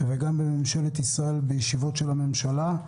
וגם בממשלת ישראל בישיבות הממשלה,